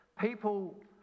People